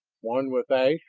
one with ashe,